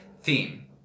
theme